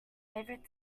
favorite